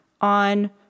on